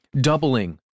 doubling